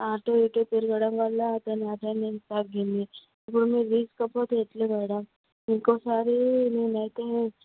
అటు ఇటు తిరగడం వల్ల అతని అటెండన్స్ తగ్గింది ఇప్పుడు మీరు తీసుకువెళ్తే ఎలా మేడం ఇంకొక సారి నేను అయితే